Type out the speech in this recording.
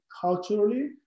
culturally